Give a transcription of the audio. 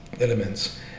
elements